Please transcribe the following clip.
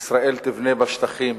ישראל תבנה בשטחים